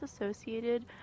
associated